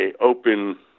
open